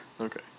Okay